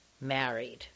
married